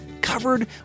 covered